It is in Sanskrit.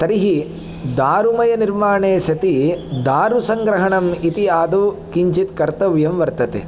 तर्हि दारुमयनिर्माणे सति दारुसङ्ग्रहणम् इति आदौ किञ्चित् कर्तव्यं वर्तते